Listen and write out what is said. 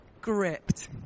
Gripped